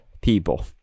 people